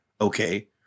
okay